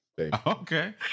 Okay